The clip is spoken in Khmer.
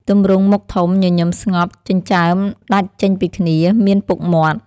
ទម្រង់មុខធំ ញញឹមស្ងប់ ចិញ្ចើមដាច់ចេញពីគ្នា មានពុកមាត់។